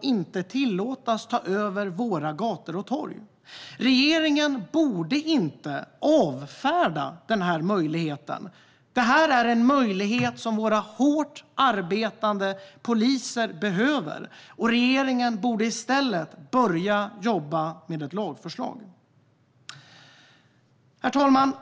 inte ska tillåtas ta över våra gator och torg. Jag tycker att det är dags. Regeringen borde inte avfärda den här möjligheten. Det är en möjlighet som våra hårt arbetande poliser behöver. Regeringen borde i stället börja jobba med ett lagförslag. Herr talman!